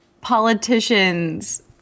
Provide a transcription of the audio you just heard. politicians